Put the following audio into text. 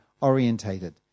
orientated